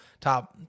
top